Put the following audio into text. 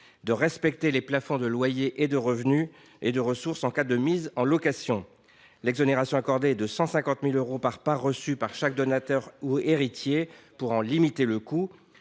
le respect des plafonds de loyer et de ressources en cas de mise en location. L’exonération est plafonnée à 150 000 euros par part reçue par chaque donataire ou héritier, pour en limiter le coût.